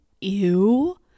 Ew